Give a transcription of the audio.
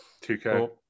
2K